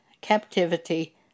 captivity